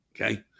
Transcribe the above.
Okay